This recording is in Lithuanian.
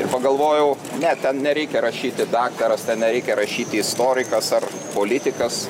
ir pagalvojau ne ten nereikia rašyti daktaras ten nereikia rašyti istorikas ar politikas